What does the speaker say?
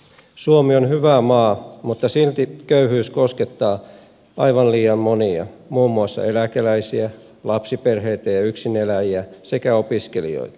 suomi on hyvä maa mutta silti köyhyys koskettaa aivan liian monia muun muassa eläkeläisiä lapsiperheitä ja yksineläjiä sekä opiskelijoita